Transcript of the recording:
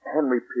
Henry